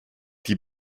die